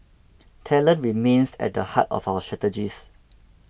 talent remains at the heart of our strategies